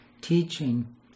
teaching